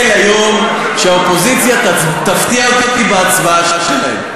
ליום שהאופוזיציה תפתיע אותי בהצבעה שלהם.